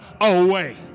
away